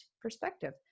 perspective